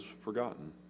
forgotten